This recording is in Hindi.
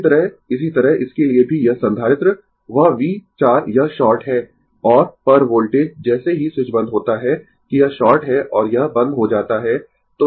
इसी तरह इसी तरह इसके लिए भी यह संधारित्र वह V 4 यह शॉर्ट है और पर वोल्टेज जैसे ही स्विच बंद होता है कि यह शॉर्ट है और यह बंद हो जाता है